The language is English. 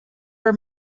her